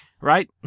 right